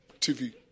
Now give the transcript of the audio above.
TV